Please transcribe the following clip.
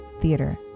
theater